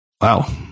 Wow